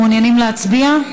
שמעוניינים להצביע?